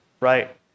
right